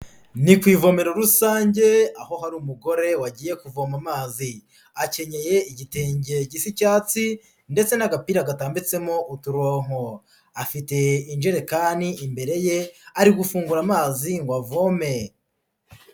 Ni ku ivomero rusange aho hari umugore wagiye kuvoma amazi, akenyeye igitenge gisa icyatsi ndetse n'agapira gatambitsemo uturonko. Afite injerekani imbere ye, ari gufungura amazi ngo avome.